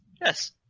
yes